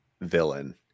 villain